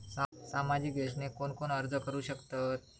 सामाजिक योजनेक कोण कोण अर्ज करू शकतत?